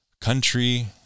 country